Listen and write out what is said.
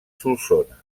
solsona